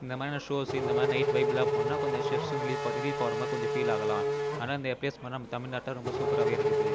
இந்தமாதிரியான ஷோஸு இந்த மாதிரியான நைட் வைப்லாம் போனா கொஞ்ச ஸ்ட்ரெஸ் வந்து ரிலீஃப்பாக ரிலீஃப் ஆகிற மாதிரி கொஞ்ச ஃபீல் ஆகலாம் ஆனால் இந்த பிளேஸ் போனால் நம்ம தமிழ்நாட்டில் ரொம்ப சூப்பராகவே இருக்குது